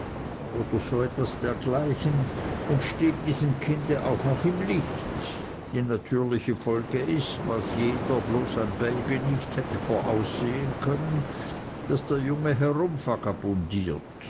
oder so etwas dergleichen und steht diesem kind auch noch im licht die natürliche folge ist was jeder bloß ein baby nicht hätte voraussehen können daß der junge